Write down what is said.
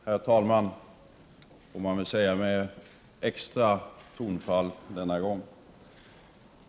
Herr talman! — får man väl säga med extra tonfall denna gång.